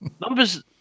numbers